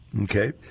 okay